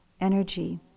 energy